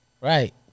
Right